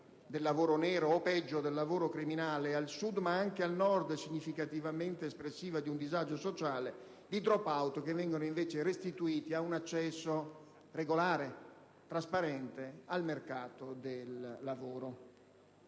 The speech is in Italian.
del lavoro nero o, peggio, del lavoro criminale, che al Sud, ma anche al Nord, è significativamente espressiva di un disagio sociale e di *dropout*, che vanno invece restituiti a un accesso regolare e trasparente al mercato del lavoro.